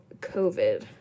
covid